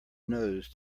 nose